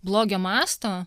blogio masto